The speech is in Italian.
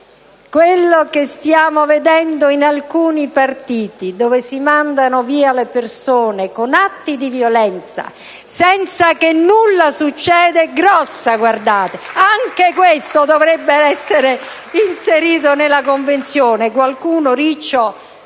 quello che stiamo vedendo in alcuni partiti, dove si mandano via le persone con atti di violenza, senza che nulla succeda, è grossa. Anche questo dovrebbe essere inserito nella Convenzione. *(Applausi dai